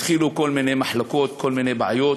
התחילו כל מיני מחלוקות, כל מיני בעיות,